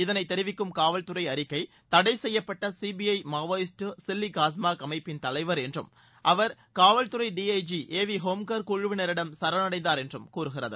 இதனை தெரிவிக்கும் காவல்துறை அறிக்கை தடைசெய்யப்பட்ட சிபிஐ மாவோயிஸ்டு சில்லி காஸ்மார்க் அமைப்பின் தலைவர் என்றும் அவர் காவல்துறை டிஐஜீ ஏ வி ஹோம்கர் குழுவினரிடம் சரணடைந்தார் என்றும் கூறுகிறது